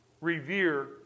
revere